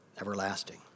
everlasting